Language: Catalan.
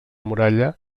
muralla